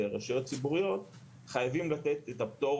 רשויות ציבוריות - חייבים לתת את הפטור